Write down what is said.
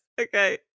okay